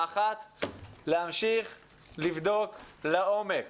המטרה האחת היא להמשיך לבדוק לעומק